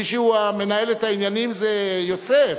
מי שמנהל את העניינים זה יוסף.